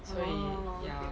所以 ya